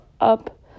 up